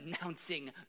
announcing